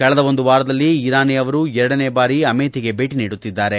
ಕಳೆದ ಒಂದು ವಾರದಲ್ಲಿ ಇರಾನಿ ಅವರು ಎರಡನೇ ಬಾರಿ ಅಮೇಥಿಗೆ ಭೇಟಿ ನೀಡುತ್ತಿದ್ದಾರೆ